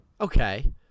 Okay